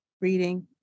reading